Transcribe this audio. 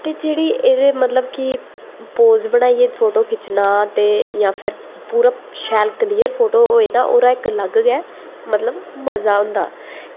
ते जेह्ड़ी एह्दे मतलब कि पोज़ बनाइयै फोटो खिच्चना ते जां फिर पूरा शैल क्लीयर फोटो होऐ ते ओह्दा इक अलग गै मतलब मज़ा होंदा